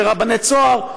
ורבני צהר,